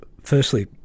firstly